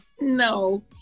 No